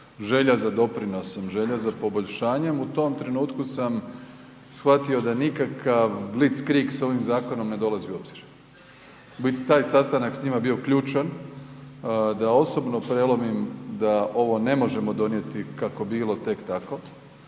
želja za doprinosom, želja za poboljšanjem u tom trenutku sam shvatio da nikakav blic krik s ovim zakonom ne dolazi u obzir. Taj sastanak s njima je bio ključan da osobno prelomim da ovo ne možemo donijeti kako bilo tek tako